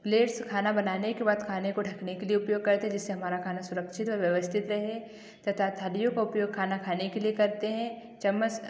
plates खाना बनाने के बाद खाने को ढकने के लिए उपयोग करते हैं जिससे हमारा खाना सुरक्षित और व्यवस्थित रहे तथा थालियों का उपयोग खाना खाने के लिए करते हैं चम्मच